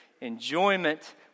enjoyment